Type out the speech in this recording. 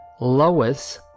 Lois